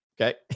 Okay